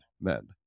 men